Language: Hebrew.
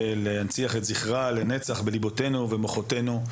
להנציח את זכרה לנצח בליבותינו ומוחותינו".